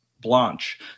blanche